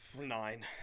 Nine